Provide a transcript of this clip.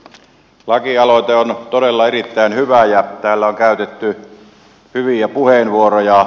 lakialoite on todella erittäin hyvä ja täällä on käytetty hyviä puheenvuoroja